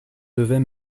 devais